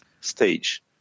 stage